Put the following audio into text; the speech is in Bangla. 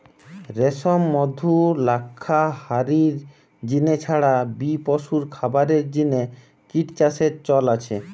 রেশম, মধু, লাক্ষা হারির জিনে ছাড়া বি পশুর খাবারের জিনে কিট চাষের চল আছে